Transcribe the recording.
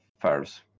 first